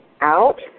out